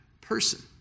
person